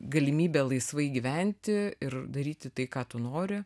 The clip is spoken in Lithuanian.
galimybė laisvai gyventi ir daryti tai ką tu nori